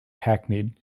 hackneyed